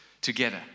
together